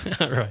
right